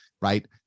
right